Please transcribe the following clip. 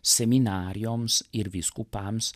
seminarijoms ir vyskupams